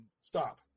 Stop